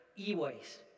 e-waste